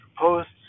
posts